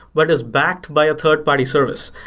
but is backed by a third-party service.